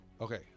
Okay